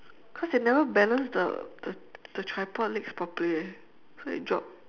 because they never balance the the the tripod legs properly so it dropped